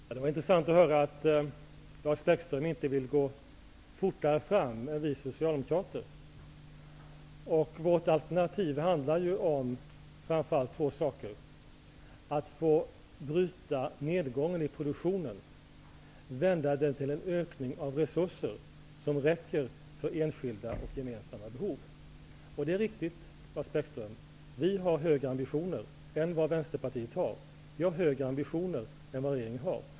Herr talman! Det var intressant att höra att Lars Bäckström inte vill gå fortare fram än vi socialdemokrater. Vårt alternativ handlar framför allt om två saker: att få bryta nedgången i produktionen och vända den till en ökning av resurserna som räcker för enskilda och gemensamma behov. Det är riktigt, Lars Bäckström, att vi har högre ambitioner än Vänsterpartiet och regeringen har.